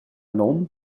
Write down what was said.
nom